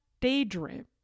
daydream